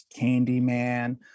Candyman